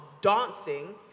dancing